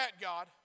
God